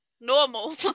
normal